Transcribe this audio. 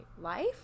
life